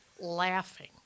laughing